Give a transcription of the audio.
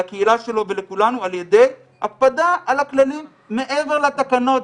לקהילה שלו ולכולנו על ידי הקפדה על הכללים מעבר לתקנות.